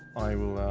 i will